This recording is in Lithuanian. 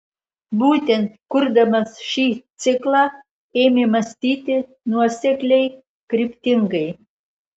būtent kurdamas šį ciklą ėmė mąstyti nuosekliai kryptingai